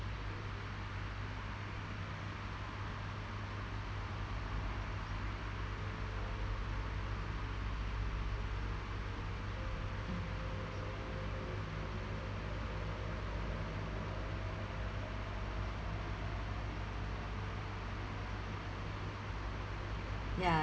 ya